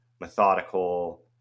methodical